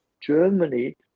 Germany